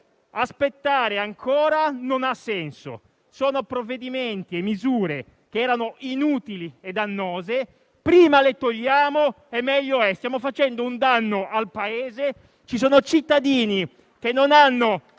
Aspettare ancora non ha senso: sono provvedimenti e misure che erano inutili e dannosi, per cui prima li togliamo e meglio è. Stiamo facendo un danno al Paese: ci sono cittadini che non hanno